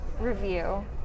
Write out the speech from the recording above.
review